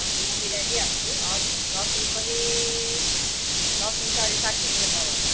हजुर म मिलाइदिइहाल्छु हजुर लसुन पनि लसुन चाहिँ अहिले साट्ठी रुपियाँ पावा छ